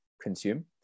consume